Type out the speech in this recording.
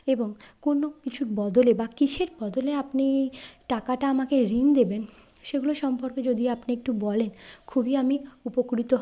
এবং কোনও কিছু বদলে বা কিসের বদলে আপনি টাকাটা আমাকে ঋণ দেবেন সেগুলো সম্পর্কে যদি আপনি একটু বলেন খুবই আমি উপকৃত হবো